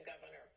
Governor